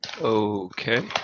Okay